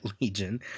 Legion